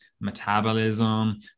metabolism